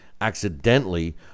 accidentally